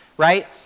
right